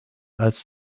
als